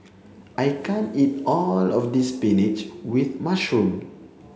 I can't eat all of this spinach with mushroom